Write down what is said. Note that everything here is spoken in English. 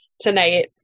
tonight